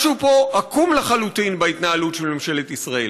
משהו פה עקום לחלוטין בהתנהלות של ממשלת ישראל.